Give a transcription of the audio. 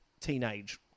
teenage